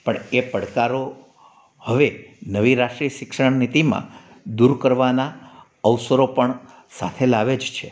પડ એ પડકારો હવે નવી રાશિ શિક્ષણ નીતિમાં દૂર કરવાના અવસરો પણ સાથે લાવે જ છે